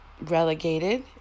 relegated